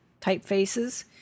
typefaces